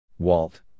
Walt